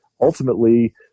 ultimately